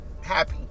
happy